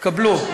תקבלו.